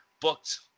booked